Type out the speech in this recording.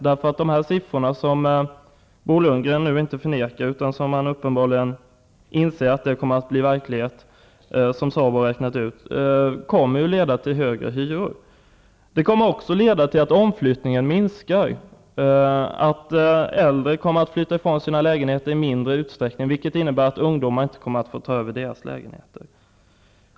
De av SABO uträknade siffror som Bo Lundgren nu inte förnekar utan inser kommer att bli verklighet kommer att leda till högre hyror. Detta kommer att leda till att omflyttningen minskar och att äldre kommer att flytta från sina lägenheter i mindre utsträckning, vilket innebär att ungdomar inte kommer att få ta över deras lägenheter.